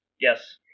yes